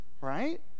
right